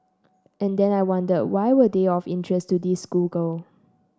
and then I wonder why were they of interest to this schoolgirl